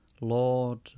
Lord